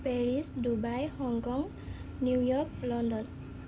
Paris Dubai Hong Kong New York London